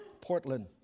Portland